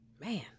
man